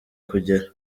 kugera